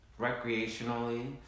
recreationally